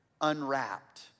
unwrapped